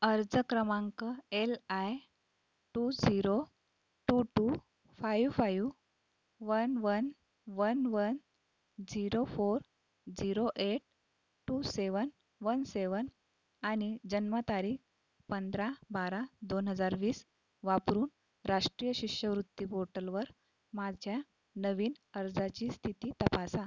अर्ज क्रमांक L I two zero two two five five one one one one zero four zero eight two seven one seven आणि जन्मतारीख पंधरा बारा दोन हजार वीस वापरून राष्ट्रीय शिष्यवृत्ती पोटलवर माझ्या नवीन अर्जाची स्थिती तपासा